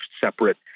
separate